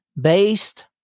based